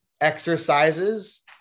exercises